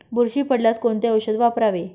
बुरशी पडल्यास कोणते औषध वापरावे?